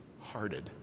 hearted